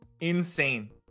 Insane